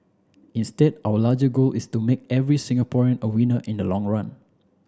instead our larger goal is to make every Singaporean a winner in the long run